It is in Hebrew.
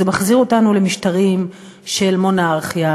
זה מחזיר אותנו למשטרים של מונרכיה,